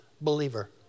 believer